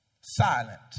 silent